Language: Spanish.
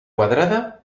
cuadrada